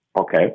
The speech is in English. Okay